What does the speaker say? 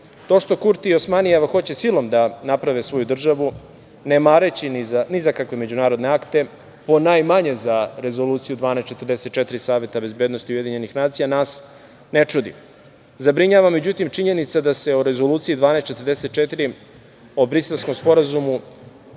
To što Kurti i Osmanijeva hoće silom da naprave svoju državu, ne mareći ni za kakve međunarodne akte, ponajmanje za Rezoluciju 1244 Saveta bezbednosti UN, nas ne čudi. Zabrinjava činjenica da se o Rezoluciju 1244, o Briselskom sporazumu